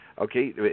okay